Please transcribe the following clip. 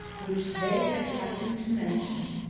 which they had happened to mention,